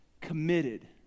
committed